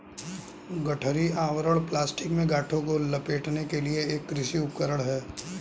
गठरी आवरण प्लास्टिक में गांठों को लपेटने के लिए एक कृषि उपकरण है